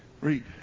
Read